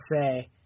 say